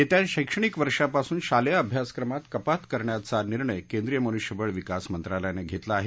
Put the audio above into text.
येत्या शैक्षणिक वर्षापासून शालेय अभ्यासक्रमात कपात करण्याचा निर्णय केंद्रीय मनुष्यबळ विकास मंत्रालयानं घेतला आहे